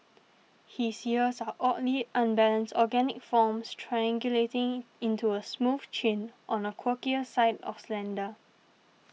his ears are oddly unbalanced organic forms triangulating into a smooth chin on the quirkier side of slender